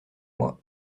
moi